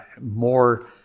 more